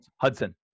Hudson